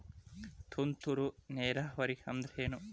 ತುಂತುರು ನೇರಾವರಿ ಅಂದ್ರ ಏನ್?